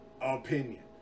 Opinion